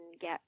get